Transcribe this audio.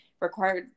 required